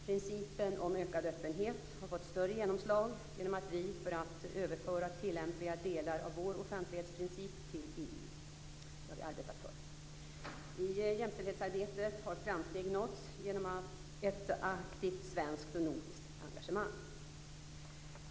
Principen om ökad öppenhet har fått större genomslag genom att vi arbetat för att överföra tilllämpliga delar av vår offentlighetsprincip till EU. I jämställdhetsarbetet har framsteg nåtts genom ett aktivt svenskt och nordiskt engagemang.